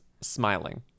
Smiling